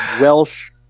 Welsh